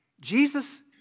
Jesus